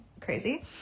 crazy